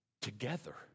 together